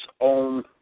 own